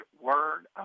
word